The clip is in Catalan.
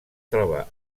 troba